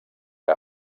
que